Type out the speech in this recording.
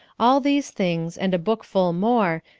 all these things, and a bookful more,